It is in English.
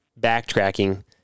backtracking